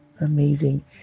amazing